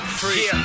free